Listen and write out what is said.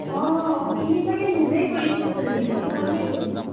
অঁ সি চাগে নিজেই কৰিছে চহী মই কৰা নাই চহী